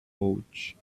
pouch